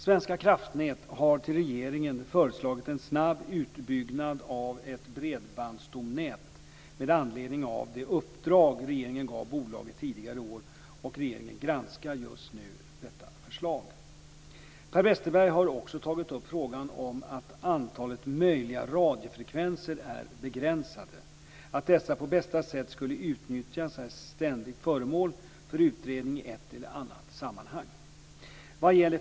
Svenska kraftnät har till regeringen föreslagit en snabb utbyggnad av ett bredbandsstomnät med anledning av det uppdrag regeringen gav bolaget tidigare i år, och regeringen granskar just nu detta förslag. Per Westerberg har också tagit upp frågan om att antalet möjliga radiofrekvenser är begränsat. Att dessa på bästa sätt ska utnyttjas är ständigt föremål för utredning i ett eller annat sammanhang.